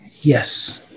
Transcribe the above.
Yes